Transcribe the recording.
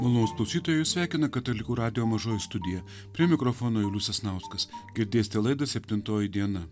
malonūs klausytojai jus sveikina katalikų radijo mažoji studija prie mikrofono julius sasnauskas girdėsite laidą septintoji diena